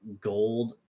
gold